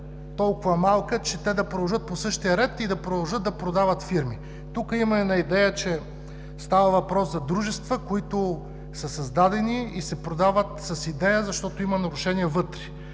толкова малка, че те да продължат по същия ред и да продължат да продават фирми. Тук има идея, че става въпрос за дружества, които са създадени и са продават с идея, защото има нарушение вътре,